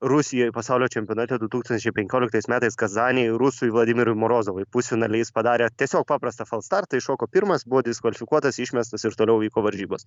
rusijoj pasaulio čempionate du tūkstančiai penkioliktais metais kazanėj rusui vladimirui morozovui pusfinaly jis padarė tiesiog paprastą fals startą iššoko pirmas buvo diskvalifikuotas išmestas ir toliau vyko varžybos